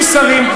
20 שרים.